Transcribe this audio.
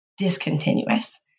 discontinuous